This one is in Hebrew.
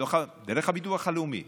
דרך הביטוח הלאומי,